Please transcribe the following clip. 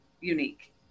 unique